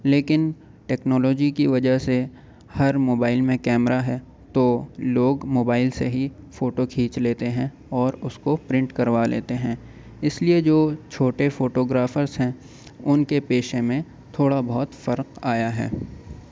لیکن ٹیکنالوجی کی وجہ سے ہر موبائل میں کیمرا ہے تو لوگ موبائل سے ہی فوٹو کھینچ لیتے ہیں اور اس کو پرنٹ کروا لیتے ہیں اس لیے جو چھوٹے فوٹوگرافرس ہیں ان کے پیشے میں تھوڑا بہت فرق آیا ہے